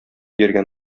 йөргән